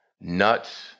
nuts